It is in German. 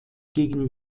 gegen